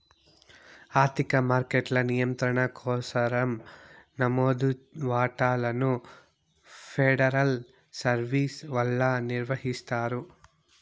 ఆర్థిక మార్కెట్ల నియంత్రణ కోసరం నమోదు వాటాలను ఫెడరల్ సర్వీస్ వల్ల నిర్వహిస్తారు